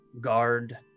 guard